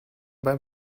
beim